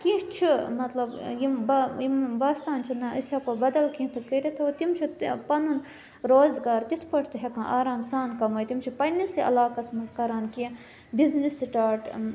کیٚنٛہہ چھِ مطلب یِم با یِم باسان چھِ نہَ أسۍ ہیٚکو بَدَل کیٚنٛہہ تہِ کٔرِتھ تِم چھِ پَنُن روزگار تِتھٕ پٲٹھۍ تہِ ہیٚکان آرام سان کَمٲوِتھ تِم چھِ پَننِسٕے علاقَس مَنٛز کَران کیٚنٛہہ بِزنِس سِٹارٹ